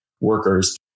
workers